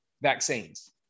vaccines